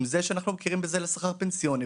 עם זה שאנחנו מכירים בזה לשכר פנסיוני,